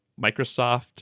Microsoft